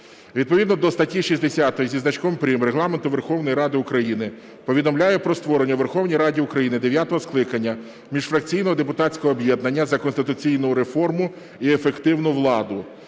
Відповідно до статті 60 зі значком прим. Регламенту Верховної Ради України повідомляю про створення у Верховній Раді України дев'ятого скликання міжфракційного депутатського об'єднання "За конституційну реформу і ефективну владу".